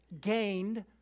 gained